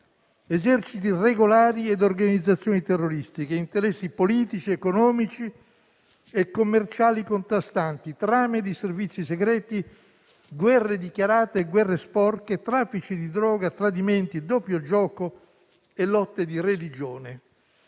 eserciti regolari ed organizzazioni terroristiche, interessi politici, economici e commerciali contrastanti, trame di servizi segreti, guerre dichiarate e guerre sporche, traffici di droga, tradimenti, doppio gioco e lotte di religione.